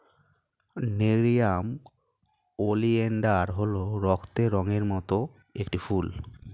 nerium oleander হল রক্তের রঙের মত একটি ফুল